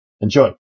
Enjoy